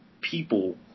people